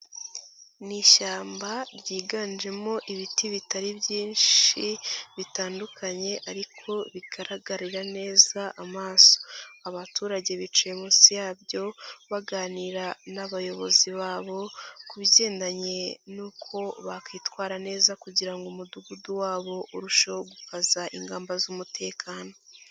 Ni ishyamba ryiganjemo ibiti bitari byinshi bitandukanye ariko bigaragarira neza amaso. Abaturage bicaye munsi yabyo, baganira n'abayobozi babo ku bigendanye n'uko bakwitwara neza kugira ngo umudugudu wabo urusheho gukaza ingamba z'umutekano.